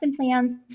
plans